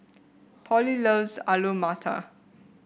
Polly loves Alu Matar